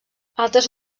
altres